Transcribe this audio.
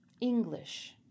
English